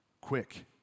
Quick